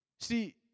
See